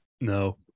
No